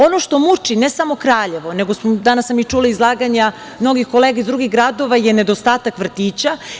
Ono što muči, ne samo Kraljevo, nego sam danas čula izlaganja mnogih kolega iz drugih gradova, je nedostatak vrtića.